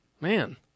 man